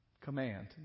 command